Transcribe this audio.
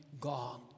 God